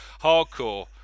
Hardcore